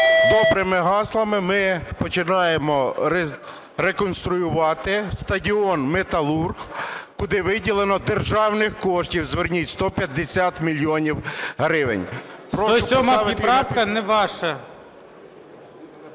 добрими гаслами ми починаємо реконструювати стадіон "Металург", куди виділено державні кошти, зверніть, 150 мільйонів гривень. Прошу поставити… Веде